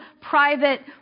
private